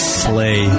slay